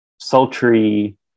sultry